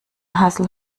hassel